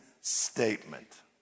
statement